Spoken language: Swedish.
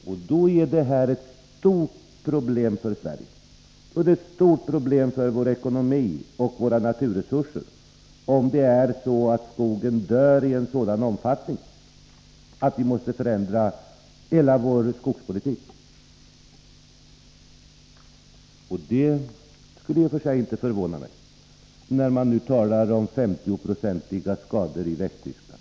Det kommer då att vara ett stort problem för Sverige, ett stort problem för vår ekonomi och för våra naturresurser, om skogen dör i en sådan omfattning att vi måste förändra hela vår skogspolitik. Det skulle i och för sig inte förvåna mig, när man nu talar om 50-procentiga skador i Västtyskland.